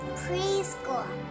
preschool